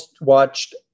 watched